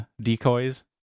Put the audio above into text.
decoys